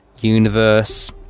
universe